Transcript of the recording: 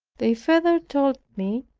they further told me,